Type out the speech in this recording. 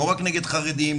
לא רק נגד חרדים,